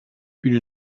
une